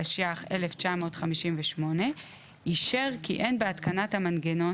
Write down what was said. תשי"ח-1958 אישר כי אין בהתקנת המנגנון